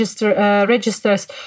registers